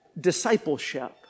discipleship